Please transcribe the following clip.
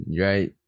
right